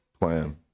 plan